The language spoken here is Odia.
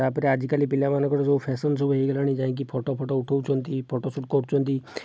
ତାପରେ ଆଜିକାଲି ପିଲାମାନଙ୍କର ଯେଉଁ ଫ୍ୟାସନ ସବୁ ହେଇଗଲାଣି ଯାଇକି ଫଟୋ ଫଟୋ ଉଠାଉଛନ୍ତି ଫଟୋ ଶୂଟ କରୁଛନ୍ତି